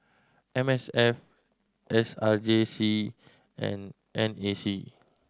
M S F S R J C and N A C